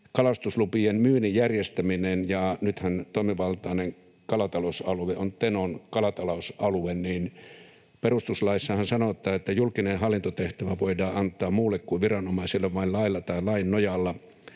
”Kalastuslupien myynnin järjestäminen”: Nythän toimivaltainen kalatalousalue on Tenon kalatalousalue, ja perustuslaissahan sanotaan, että julkinen hallintotehtävä voidaan antaa muulle kuin viranomaiselle vain lailla tai lain nojalla,